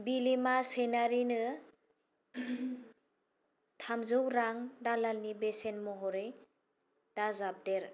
बिलिमा सैनारिनो थामजौ रां दालालनि बेसेन महरै दाजाबदेर